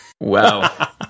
Wow